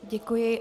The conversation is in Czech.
Děkuji.